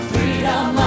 Freedom